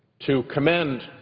to commend